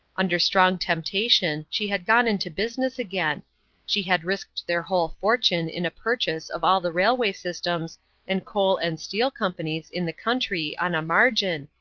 under strong temptation she had gone into business again she had risked their whole fortune in a purchase of all the railway systems and coal and steel companies in the country on a margin,